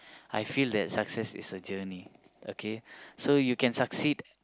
I feel that success is a journey okay so you can succeed